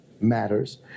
matters